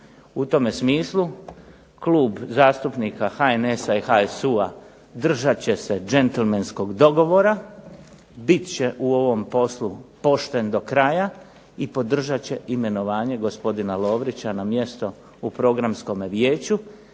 U tome smislu Klub zastupnika HNS-a i HSU-a držat će se gentlemanskog dogovora biti će u ovom poslu pošten do kraja i podržat će imenovanje gospodina Lovrića na mjesto u Programskom vijeću